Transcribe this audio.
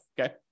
Okay